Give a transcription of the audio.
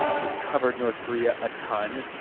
you've covered north korea a ton.